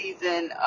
season